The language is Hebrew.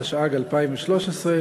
התשע"ג 2013,